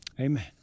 Amen